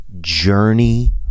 journey